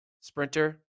sprinter